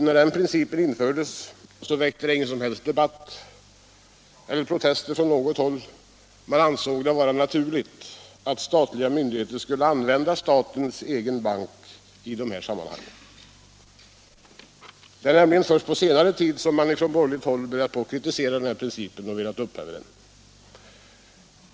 När denna princip infördes väckte det inte någon debatt eller några protester, utan man ansåg det vara naturligt att statliga myndigheter skulle använda statens egen bank i de här sammanhangen. Det är först på senare tid som man från borgerligt håll börjat kritisera denna princip och velat upphäva den.